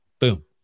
boom